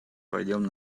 пойдем